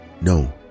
No